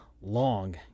long